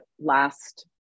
last